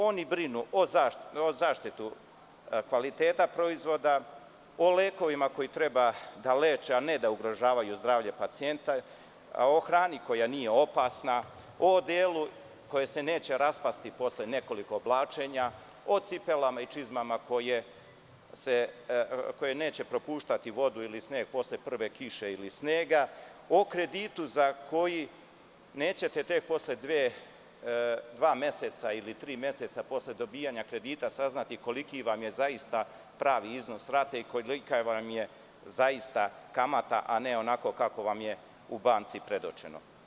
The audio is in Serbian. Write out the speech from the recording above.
Oni brinu o zaštiti kvaliteta proizvoda, o lekovima koji treba da leče a ne da ugrožavaju zdravlje pacijenta, o hrani koja nije opasna, o odelu koje se neće raspasti posle nekoliko oblačenja, o cipelama i čizmama koje neće propuštati vodu ili sneg posle prve kiše ili snega, o kreditu za koji nećete tek posle dva ili tri meseca posle dobijanja kredita saznati koliki vam je zaista pravi iznos rate i kolika vam je zaista kamata, a ne onako kako vam je u banci predočeno.